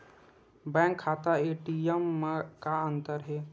Bank खाता ATM मा का अंतर हे?